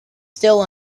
still